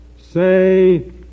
say